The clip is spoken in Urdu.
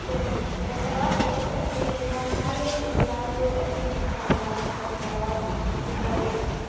تو تہوار بہت اچھی چیز ہے ہر ایک انسان کو اچھے سے اچھے منانا چاہیے تہوار خوسی کا دن ہے